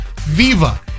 Viva